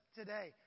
today